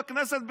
בכנסת,